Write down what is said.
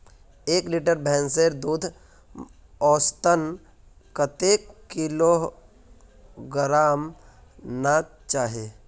एक लीटर भैंसेर दूध औसतन कतेक किलोग्होराम ना चही?